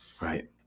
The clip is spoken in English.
Right